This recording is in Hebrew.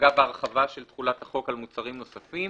אגב ההרחבה של תחולת החוק על מוצרים נוספים